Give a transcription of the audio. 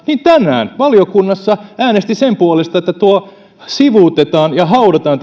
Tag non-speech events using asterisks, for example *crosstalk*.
tänään valiokunnassa äänesti sen puolesta että tämä kansalaisaloite sivuutetaan ja haudataan *unintelligible*